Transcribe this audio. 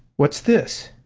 what's this?